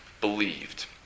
believed